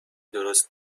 درست